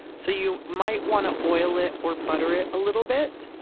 so, you might want to oil it or butter it a little bit,